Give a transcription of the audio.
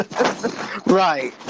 Right